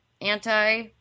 anti